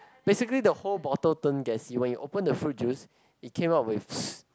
basically the whole bottle turn gassy when you open the fruit juice it came out with